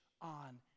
on